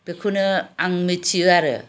बेखौनो आं मिथियो आरो